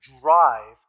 drive